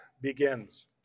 begins